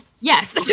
Yes